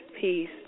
Peace